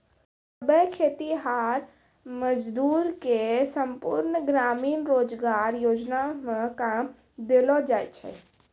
सभै खेतीहर मजदूर के संपूर्ण ग्रामीण रोजगार योजना मे काम देलो जाय छै